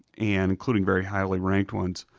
and including very highly ranked ones,